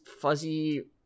fuzzy